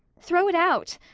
throw it out!